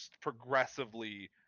progressively